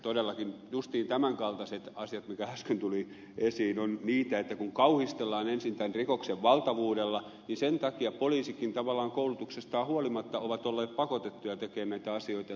todellakin juuri tämän kaltaiset asiat mikä äsken tuli esiin ovat niitä että kun kauhistellaan ensin tämän rikoksen valtavuudella niin sen takia poliisitkin tavallaan koulutuksestaan huolimatta ovat olleet pakotettuja tekemään näitä asioita